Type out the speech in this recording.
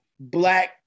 Black